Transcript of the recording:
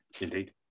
Indeed